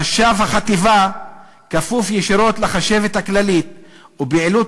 חשב החטיבה כפוף ישירות לחשבת הכללית ופעילות